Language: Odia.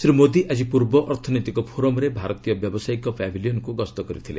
ଶ୍ରୀ ମୋଦୀ ଆଜି ପୂର୍ବ ଅର୍ଥନୈତିକ ଫୋରମ୍ରେ ଭାରତୀୟ ବ୍ୟବସାୟିକ ପାଭିଲିୟନ୍କୁ ଗସ୍ତ କରିଥିଲେ